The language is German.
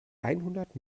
einhundert